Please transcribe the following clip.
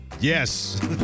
Yes